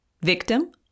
Victim